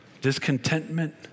discontentment